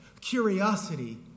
curiosity